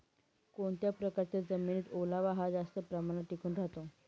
कोणत्या प्रकारच्या जमिनीत ओलावा हा जास्त प्रमाणात टिकून राहतो?